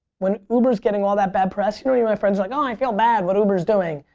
when uber's getting all that bad press. you know yeah my friends, like um i feel bad what uber is doing,